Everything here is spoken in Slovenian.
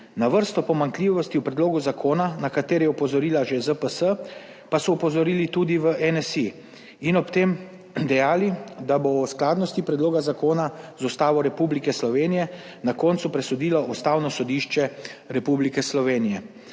Na vrsto pomanjkljivosti v predlogu zakona, na katere je opozorila že ZPS, pa so opozorili tudi v NSi in ob tem dejali, da bo o skladnosti predloga zakona z Ustavo Republike Slovenije na koncu presodilo Ustavno sodišče Republike Slovenije,